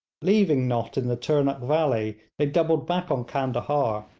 leaving nott in the turnuk valley, they doubled back on candahar,